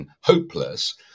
hopeless